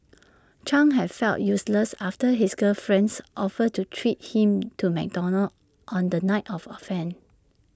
chang had felt useless after his girlfriend's offer to treat him to McDonald's on the night of offence